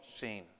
seen